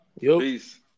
Peace